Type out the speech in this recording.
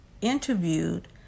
interviewed